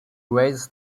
writes